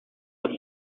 the